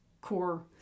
core